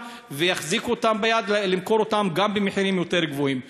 ויחזיקו אותם ביד וימכרו גם במחירים יותר גבוהים.